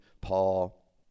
Paul